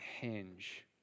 hinge